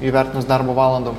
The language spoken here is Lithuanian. įvertinus darbo valandom